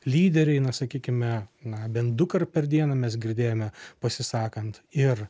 lyderiai na sakykime na bent dukart per dieną mes girdėjome pasisakant ir